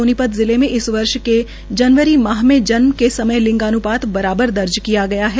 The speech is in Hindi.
सोनीपत जिले में इस वर्ष के जनवरी माह के समय लिंगान्पात बराबर दर्ज किया गया है